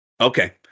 Okay